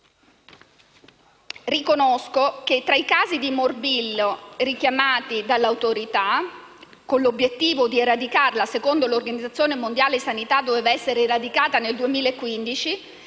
Riconosco che tra i casi di morbillo richiamati dall'autorità, con l'obiettivo di sradicarlo - secondo l'Organizzazione mondiale della sanità doveva essere sradicato nel 2015